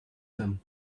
them